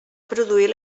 produir